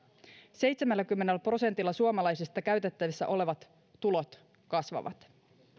seitsemälläkymmenellä prosentilla suomalaisista käytettävissä olevat tulot kasvavat